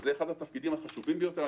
זה אחד התפקידים החשובים ביותר.